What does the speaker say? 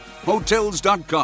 Hotels.com